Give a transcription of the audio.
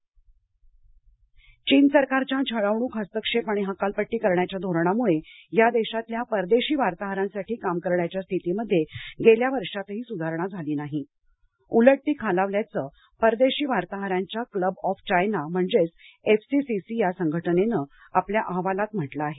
चीन अहवाल चीन सरकारच्या छळवणूक हस्तक्षेप आणि हकालपट्टी करण्याच्या धोरणामुळं या देशातल्या परदेशी वार्ताहरांसाठी काम करण्याच्या स्थितीमध्ये गेल्या वर्षातही सुधारणा झाली नाही उलट ती खालावल्याचं परदेशी वार्ताहरांच्या क्लब ऑफ चायना म्हणजेच एफसीसीसी या संघटनेनं आपल्या अहवालात म्हटलं आहे